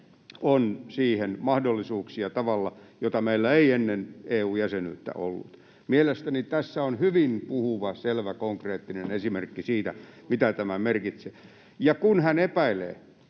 on siihen mahdollisuuksia tavalla, jota meillä ei ennen EU-jäsenyyttä ollut. Mielestäni tässä on hyvin puhuva, selvä konkreettinen esimerkki siitä, mitä tämä merkitsee. Ja kun hän epäilee,